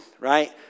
right